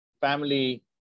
family